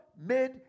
made